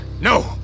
No